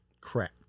crap